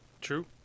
True